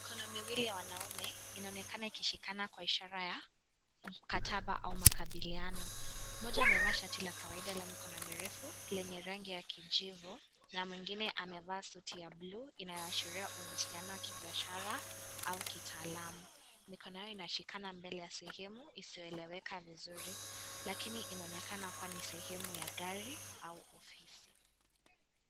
Mikono miwili ya wanaume inaonekana ikishika na kwa ishara ya mkataba au makabaliano. Mmoja amevaa shati la kawaida la mikono refu lenye rangi ya kijivu. Mwanamme mwingine amevaa shati ya buluu inaashiria uhusiano wa kibiashara au kitaalamu. Mikono yao inashikana mbele ya sehemu isiyoeleweka vizuri lakini inaonekana kuwa sehemu ya gari au ofisi.